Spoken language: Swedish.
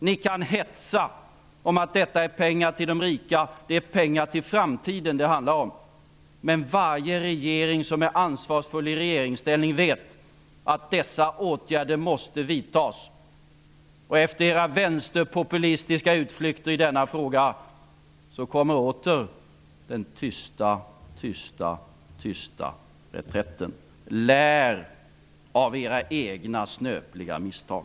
Ni kan hetsa om att detta är pengar till de rika, men det är pengar till framtiden som det handlar om. Varje ansvarsfull regering vet att dessa åtgärder måste vidtas. Efter era vänsterpopulistiska utflykter i denna fråga kommer åter den tysta, tysta, tysta reträtten. Lär av era egna snöpliga misstag!